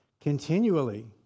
continually